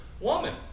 woman